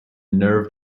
nerve